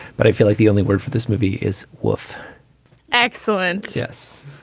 but i feel like the only word for this movie is wolf excellent yes,